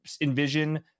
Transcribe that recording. envision